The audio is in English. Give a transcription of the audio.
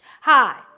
Hi